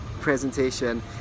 presentation